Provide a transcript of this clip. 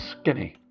skinny